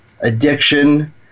addiction